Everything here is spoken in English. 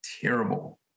terrible